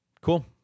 cool